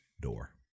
door